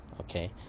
okay